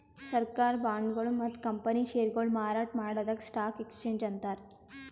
ಸರ್ಕಾರ್ ಬಾಂಡ್ಗೊಳು ಮತ್ತ್ ಕಂಪನಿ ಷೇರ್ಗೊಳು ಮಾರಾಟ್ ಮಾಡದಕ್ಕ್ ಸ್ಟಾಕ್ ಎಕ್ಸ್ಚೇಂಜ್ ಅಂತಾರ